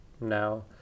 now